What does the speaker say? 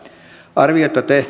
arviota